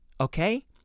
okay